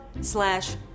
slash